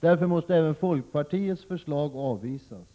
Därför måste även folkpartiets förslag avvisas.